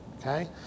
Okay